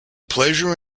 pleasure